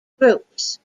groups